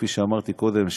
כפי שאמרתי קודם,